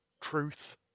truth